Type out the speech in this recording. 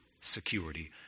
security